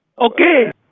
Okay